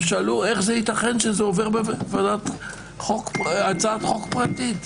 הם שאלו איך ייתכן שזה עובר כהצעת חוק פרטית?